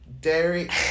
Derek